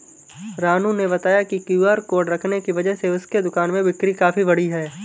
रानू ने बताया कि क्यू.आर कोड रखने की वजह से उसके दुकान में बिक्री काफ़ी बढ़ी है